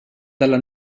dalla